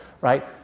right